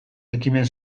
ekimen